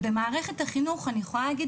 במערכת החינוך אני יכולה להגיד,